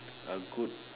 a good